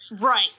Right